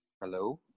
Hello